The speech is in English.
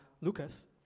Lucas